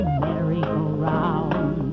merry-go-round